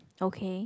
okay